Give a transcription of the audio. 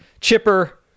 Chipper